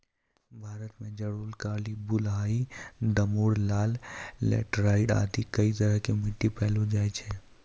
भारत मॅ जलोढ़, काली, बलुआही, दोमट, लाल, लैटराइट आदि कई तरह के मिट्टी पैलो जाय छै